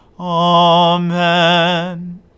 Amen